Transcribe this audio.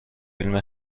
فیلم